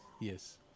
Yes